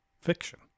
fiction